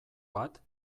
bat